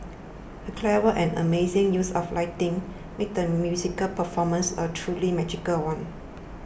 the clever and amazing use of lighting made the musical performance a truly magical one